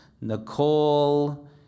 Nicole